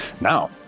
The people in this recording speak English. Now